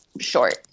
short